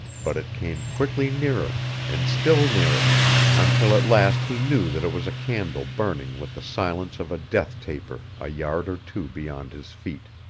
but it came quickly nearer and still nearer until at last he knew that it was a candle burning with the silence of a death taper a yard or two beyond his feet.